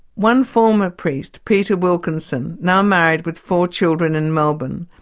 one former priest, peter wilkinson now married with four children in melbourne,